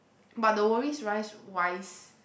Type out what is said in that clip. but the worries rise wise